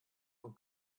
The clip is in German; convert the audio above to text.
von